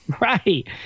right